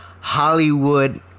Hollywood